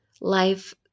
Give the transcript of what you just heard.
life